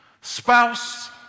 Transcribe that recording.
Spouse